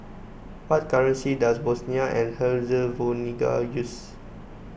what currency does Bosnia and Herzegovina use